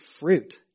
fruit